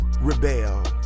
rebel